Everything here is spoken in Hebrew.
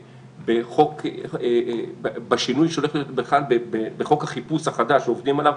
בשינוי שהולך להיות בחוק החיפוש החדש שעובדים עליו.